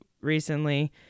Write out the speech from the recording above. recently